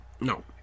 No